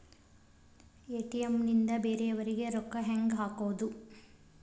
ATM ನಿಂದ ಬೇರೆಯವರಿಗೆ ರೊಕ್ಕ ಹೆಂಗ್ ಹಾಕೋದು?